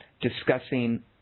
discussing